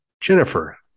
Jennifer